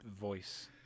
voice